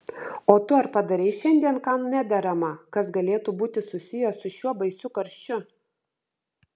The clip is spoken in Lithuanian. o tu ar padarei šiandien ką nederama kas galėtų būti susiję su šiuo baisiu karščiu